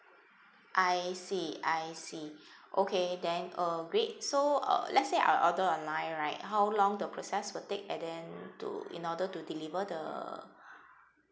I see I see okay then uh great so uh let's say I order online right how long the process will take and then to in order to deliver the